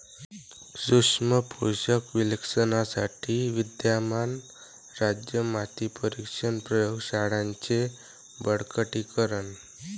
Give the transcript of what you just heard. सूक्ष्म पोषक विश्लेषणासाठी विद्यमान राज्य माती परीक्षण प्रयोग शाळांचे बळकटीकरण